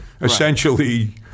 essentially